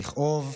לכאוב,